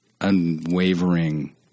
unwavering